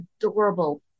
adorable